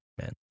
man